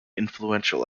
influential